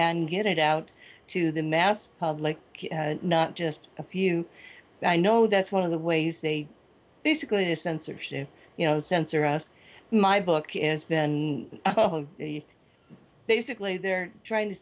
and get it out to the mass public not just a few i know that's one of the ways they basically censorship you know censor us my book it has been basically they're trying to